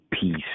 peace